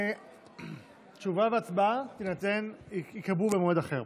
תשובה והצבעה ייקבעו במועד אחר,